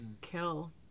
kill